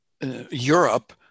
Europe